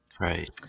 right